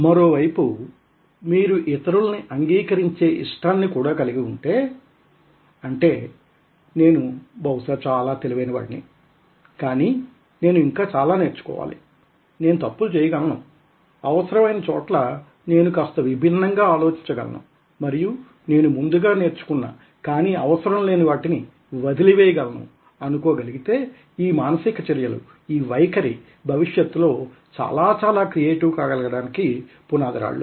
మరోవైపు మీరు ఇతరుల్ని అంగీకరించే ఇష్టాన్ని కూడా కలిగి ఉంటే అంటే నేను బహుశా చాలా తెలివైన వాడిని కానీ నేను ఇంకా చాలా నేర్చుకోవాలి నేను తప్పులు చేయగలను అవసరమైన చోట్ల నేను కాస్త విభిన్నంగా ఆలోచించ గలను మరియు నేను ముందుగా నేర్చుకున్న కానీ అవసరం లేని వాటిని వదిలి వేయగలను అనుకో గలిగితే ఈ మానసిక చర్యలు ఈ వైఖరి భవిష్యత్తులో లో చాలా చాలా క్రియేటివ్ కాగలగడానికి పునాదిరాళ్లు